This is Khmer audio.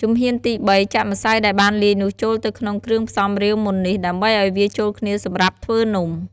ជំហានទី ៣ ចាក់ម្សៅដែលបានលាយនោះចូលទៅក្នុងគ្រឿងផ្សំរាវមុននេះ ដើម្បីអោយវាចូលគ្នាសម្រាប់ធ្វើនំ។